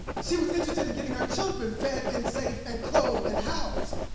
she was interested in getting her children fed, and safe, and clothed, and housed.